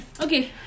Okay